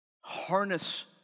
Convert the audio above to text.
Harness